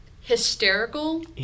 hysterical